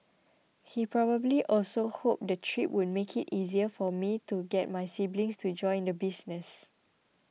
he probably also hoped the trip would make it easier for me to get my siblings to join the business